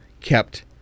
kept